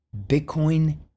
Bitcoin